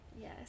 yes